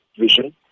vision